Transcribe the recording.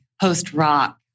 Post-rock